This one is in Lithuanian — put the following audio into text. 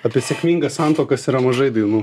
apie sėkmingas santuokas yra mažai dainų